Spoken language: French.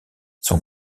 son